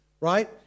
right